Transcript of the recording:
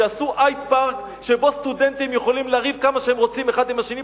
שיעשו הייד-פארק שבו סטודנטים יכולים לריב כמה שהם רוצים אחד עם השני,